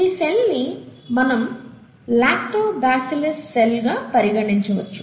ఈ సెల్ ని మనం లాక్టోబాసిల్లస్ సెల్ గా పరిగణించవచ్చు